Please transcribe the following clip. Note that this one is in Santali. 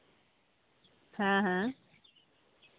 ᱦᱮᱸ ᱦᱮᱸ